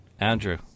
Andrew